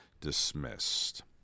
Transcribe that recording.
dismissed